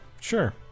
Sure